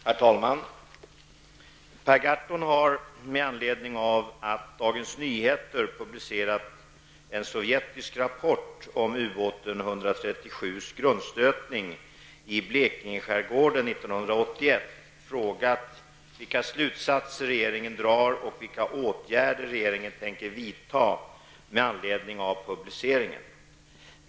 Herr talman! Per Gahrton har, med anledning av att Dagens Nyheter publicerat en sovjetisk rapport om ubåten U 137s grundstötning i Blekingeskärgården 1981, frågat mig vilka slutsatser regeringen drar och vilka åtgärder regeringen tänker vidta med anledning av publiceringen.